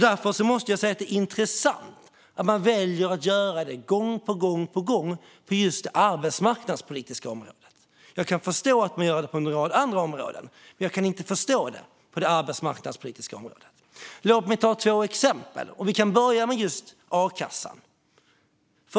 Därför måste jag säga att det är intressant att man gång på gång väljer att göra det på just det arbetsmarknadspolitiska området. Jag kan förstå att man gör det på en rad andra områden, men jag kan inte förstå det på det arbetsmarknadspolitiska området. Låt mig ta två exempel. Vi kan börja med just a-kassan.